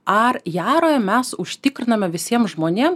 ar jaroje mes užtikriname visiem žmonėm